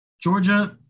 Georgia